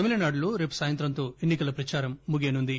తమిళనాడులో రేపు సాయంత్రంతో ఎన్ని కల ప్రచారం ముగియనుంది